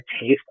taste